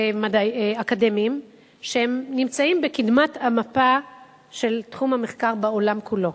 אקדמיים שנמצאים בקדמת המפה של תחום המחקר בעולם כולו,